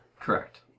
Correct